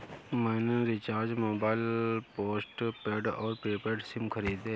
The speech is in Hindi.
मैंने रिचार्ज मोबाइल पोस्टपेड और प्रीपेड सिम खरीदे